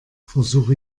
versuche